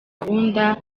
gahunda